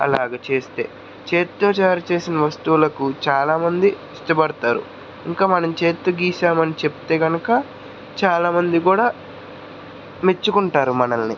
అలాగే చేస్తే చేత్తో తయారుచేసిన వస్తువులకు చాలామంది ఇష్టపడుతారు ఇంకా మనం చేత్తో గీశామని చెప్తే గనుక చాలామంది కూడా మెచ్చుకుంటారు మనల్ని